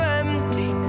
empty